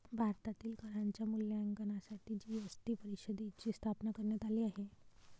भारतातील करांच्या मूल्यांकनासाठी जी.एस.टी परिषदेची स्थापना करण्यात आली आहे